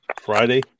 Friday